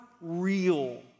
real